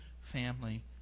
family